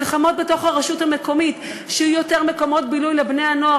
מלחמות בתוך הרשות המקומית שיהיו יותר מקומות בילוי לבני-הנוער